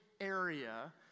area